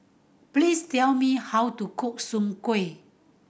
please tell me how to cook soon kway